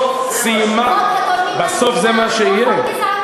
בסוף זה מה שיהיה.